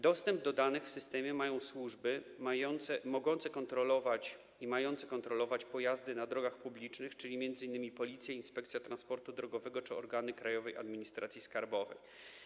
Dostęp do danych w systemie mają służby mogące kontrolować i mające kontrolować pojazdy na drogach publicznych, czyli m.in. Policja, Inspekcja Transportu Drogowego czy organy Krajowej Administracji Skarbowej.